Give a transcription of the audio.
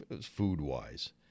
food-wise